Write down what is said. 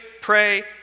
pray